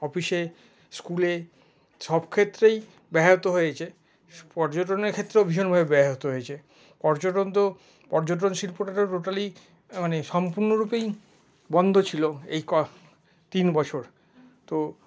অফিসে স্কুলে সব ক্ষেত্রেই ব্যাহত হয়েছে পর্যটনের ক্ষেত্রেও ভীষণভাবে ব্যাহত হয়েছে পর্যটন তো পর্যটন শিল্পটা তো টোটালি মানে সম্পূর্ণরূপে বন্ধ ছিল এই তিন বছর তো